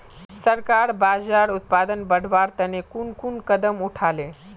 सरकार बाजरार उत्पादन बढ़वार तने कुन कुन कदम उठा ले